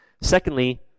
Secondly